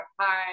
Hi